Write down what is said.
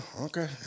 Okay